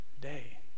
day